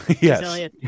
Yes